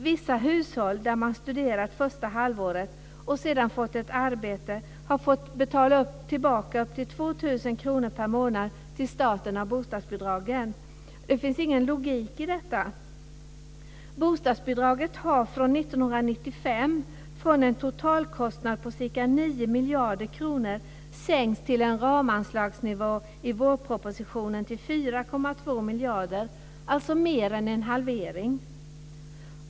Vissa hushåll där man studerat första halvåret och sedan fått ett arbete har fått betala tillbaka upp till 2 000 kr per månad av bostadsbidragen till staten. Det finns ingen logik i detta. År 1995 var totalkostnaden för bostadsbidraget ca 9 miljarder kronor. Sedan dess har det sänkts till en ramanslagsnivå i vårpropositionen på 4,2 miljarder. Det är mer än en halvering.